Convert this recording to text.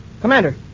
Commander